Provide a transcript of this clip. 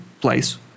place